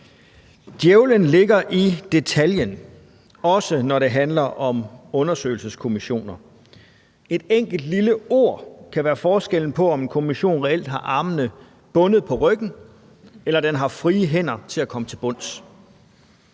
Djævlen ligger i detaljen, også når det handler om undersøgelseskommissioner. Et enkelt lille ord kan være forskellen på, om en kommission reelt har armene bundet på ryggen eller den har frie hænder til at komme til bunds.